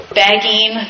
begging